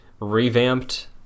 revamped